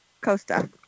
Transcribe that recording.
Costa